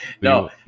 No